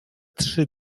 trzy